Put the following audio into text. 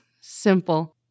simple